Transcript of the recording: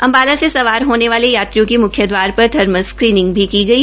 अम्बाला से सवार होने वाले यात्रियों की मुख्य दवारा पर थर्मल स्क्रीनिंग भी की गई